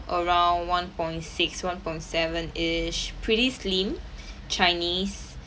around one point six one point sevenish pretty slim chinese